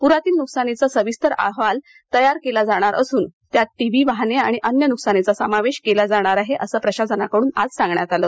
पुरातील नुकसानीचा सविस्तर अहवाल तयार केला जाणार असून त्यात टीव्ही वाहने आणि अन्य नुकसानीचा समावेश केला जाणार आहे असं प्रशासनाकड्रन आज सांगण्यात आलं